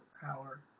power